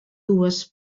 dues